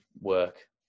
work